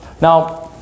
now